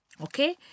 Okay